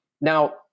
Now